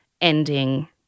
ending